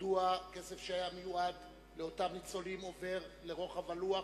מדוע הכסף שהיה מיועד לאותם ניצולים עובר לרוחב הלוח